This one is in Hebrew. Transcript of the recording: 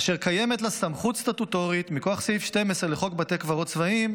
אשר קיימת לה סמכות סטטוטורית מכוח סעיף 12 לחוק בתי קברות צבאיים